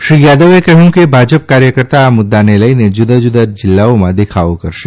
શ્રી યાદવે કહ્યું કે ભાજપ કાર્યકતા આ મુદ્દાને લઈને જુદા જુદા જિલ્લાઓમાં દેખાવો કરશે